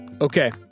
Okay